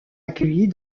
accueillis